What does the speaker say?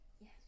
Yes